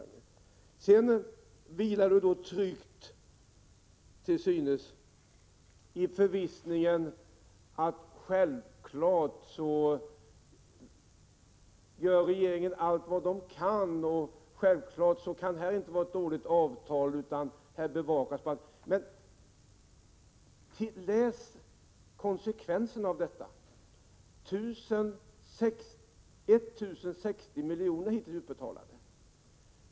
Sedan vilar Lennart Pettersson till synes trygg i förvissningen att regeringen självfallet gör allt vad den kan och att det här därför inte kan vara ett dåligt avtal; det bevakas minsann. Men ta del av konsekvenserna av detta! 1 060 miljoner är hittills utbetalda.